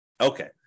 Okay